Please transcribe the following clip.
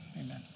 amen